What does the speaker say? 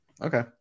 Okay